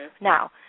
Now